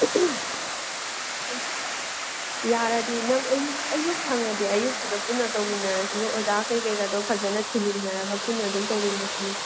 ꯎꯝ ꯌꯥꯔꯗꯤ ꯅꯪ ꯑꯌꯨꯛ ꯑꯌꯨꯛ ꯁꯪꯉꯗꯤ ꯑꯌꯨꯛꯇꯨꯗ ꯄꯨꯟꯅ ꯇꯧꯃꯤꯟꯅꯔꯁꯤꯅꯦ ꯑꯣꯖꯥ ꯀꯩꯀꯩꯒꯗꯣ ꯐꯖꯅ ꯊꯤꯃꯤꯟꯅꯔꯒ ꯄꯨꯟꯅ ꯑꯗꯨꯝ ꯇꯧꯃꯤꯟꯅꯁꯤꯅꯦ